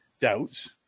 doubts